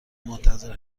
منتظر